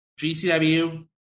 GCW